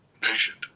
Patient